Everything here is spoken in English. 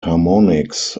harmonics